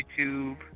YouTube